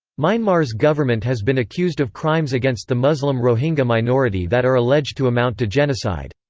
myanmar's government has been accused of crimes against the muslim rohingya minority that are alleged to amount to genocide.